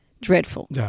Dreadful